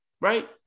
right